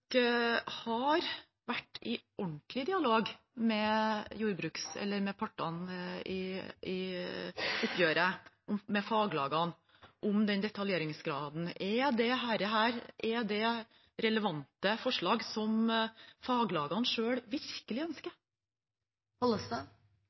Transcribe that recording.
har vært i ordentlig dialog med partene i oppgjøret, med faglagene, om den detaljeringsgraden. Er dette relevante forslag som faglagene selv virkelig ønsker?